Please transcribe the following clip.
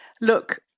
look